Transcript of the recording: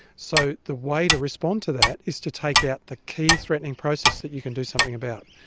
so the way to respond to that is to take out the key threatening process that you can do something about,